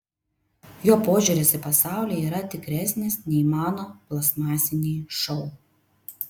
jo požiūris į pasaulį yra tikresnis nei mano plastmasiniai šou